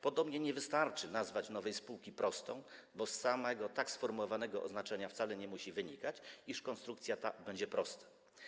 Podobnie nie wystarczy nazwać nowej spółki prostą, bo z samego tak sformułowanego oznaczenia wcale nie musi wynikać, iż konstrukcja ta będzie prosta.